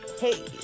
Hey